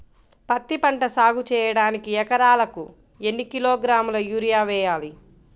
పత్తిపంట సాగు చేయడానికి ఎకరాలకు ఎన్ని కిలోగ్రాముల యూరియా వేయాలి?